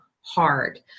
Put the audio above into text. hard